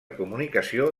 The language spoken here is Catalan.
comunicació